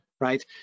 right